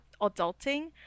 adulting